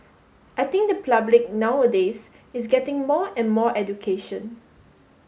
I think the public nowadays is getting more and more education